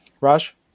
Raj